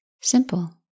Simple